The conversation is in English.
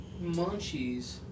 munchies